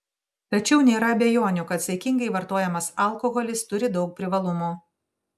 tačiau nėra abejonių kad saikingai vartojamas alkoholis turi daug privalumų